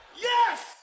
Yes